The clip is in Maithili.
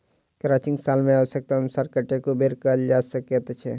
क्रचिंग साल मे आव्श्यकतानुसार कतेको बेर कयल जा सकैत छै